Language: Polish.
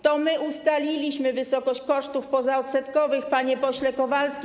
To my ustaliliśmy wysokość kosztów pozaodsetkowych, panie pośle Kowalski.